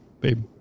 babe